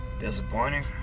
disappointing